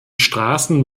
straßen